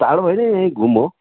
टाढो होइन यही घुम हो